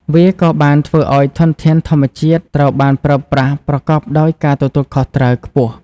វាក៏បានធ្វើឲ្យធនធានធម្មជាតិត្រូវបានប្រើប្រាស់ប្រកបដោយការទទួលខុសត្រូវខ្ពស់។